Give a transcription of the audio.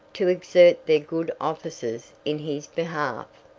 to exert their good offices in his behalf.